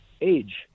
age